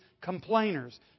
complainers